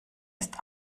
ist